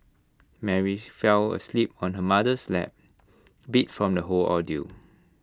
Mary fell asleep on her mother's lap beat from the whole ordeal